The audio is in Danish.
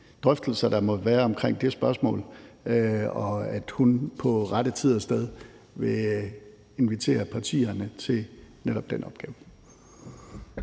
drøftelser, der måtte være omkring det spørgsmål, og hun vil på rette tid og sted invitere partierne til netop den opgave.